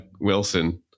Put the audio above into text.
Wilson